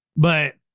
but,